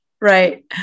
Right